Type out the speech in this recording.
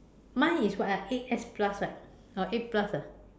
my is what ah eight S plus right or eight plus ah